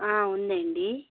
ఉంది అండి